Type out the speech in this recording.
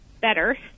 better